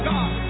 God